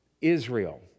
Israel